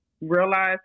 realize